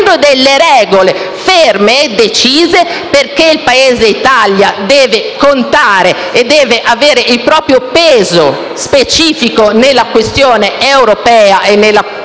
ricostruendo delle regole ferme e decise, perché il Paese Italia deve contare e deve avere il proprio peso specifico nella questione europea e nella questione nazionale.